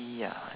ya